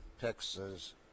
Texas